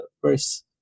first